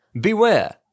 Beware